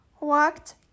walked